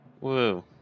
Woo